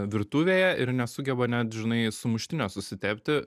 virtuvėje ir nesugeba net žinai sumuštinio susitepti